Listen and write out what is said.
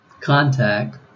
contact